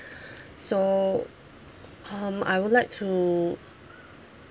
so um I would like to